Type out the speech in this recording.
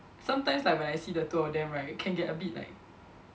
sometimes like when I see the two of them right can get a bit like